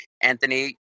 Anthony